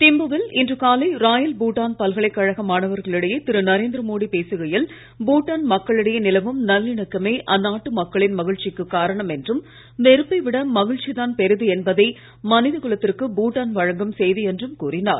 திம்பு வில் இன்று காலை ராயல் பூட்டான் பல்கலைக்கழக மாணவர்களிடையே திரு நரேந்திர மோடி பேசுகையில் பூட்டான் மக்களிடையே நிலவும் நல்லிணக்கமே அந்நாட்டு மக்களின் மகிழ்ச்சிக்குக் காரணம் என்றும் வெறுப்பை விட மகிழ்ச்சிதான் பெரிது என்பதே மனித குலத்திற்கு பூட்டான் வழங்கும் செய்தி என்றும் கூறினார்